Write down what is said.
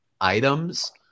items